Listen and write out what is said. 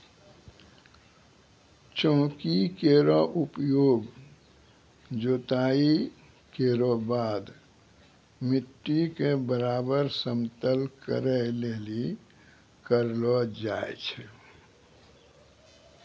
चौकी केरो उपयोग जोताई केरो बाद मिट्टी क बराबर समतल करै लेलि करलो जाय छै